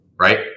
right